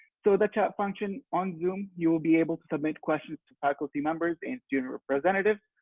so the chat function on zoom, you will be able to submit questions to faculty members and student representatives.